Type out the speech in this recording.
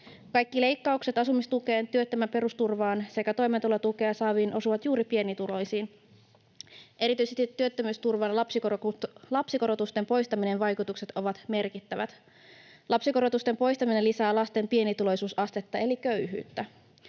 Kaikki leikkaukset asumistukeen, työttömän perusturvaan sekä toimeentulotukea saaviin osuvat juuri pienituloisiin. Erityisesti työttömyysturvan lapsikorotusten poistamisen vaikutukset ovat merkittävät. Lapsikorotusten poistaminen lisää lasten pienituloisuusastetta eli köyhyyttä.